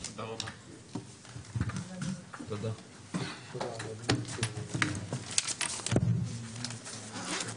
הישיבה ננעלה בשעה 14:53.